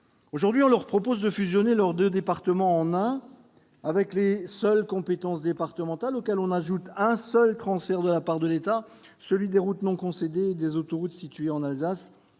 Aujourd'hui, on leur propose de fusionner leurs deux départements en un, avec les seules compétences départementales, auxquelles on ajoute un unique transfert de la part de l'État, celui des routes non concédées et des autoroutes situées en Alsace.